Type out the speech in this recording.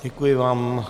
Děkuji vám.